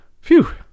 Phew